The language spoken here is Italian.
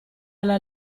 alla